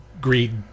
greed